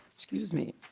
excuse me.